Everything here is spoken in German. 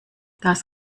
das